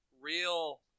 real